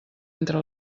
entre